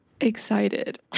excited